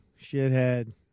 shithead